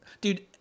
Dude